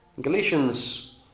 Galatians